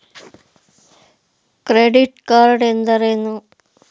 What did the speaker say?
Credit card ಎಂದರೇನು?